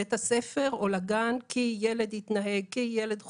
לבית הספר או לגן, כי ילד התנהג, כי ילד חולה,